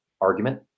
Argument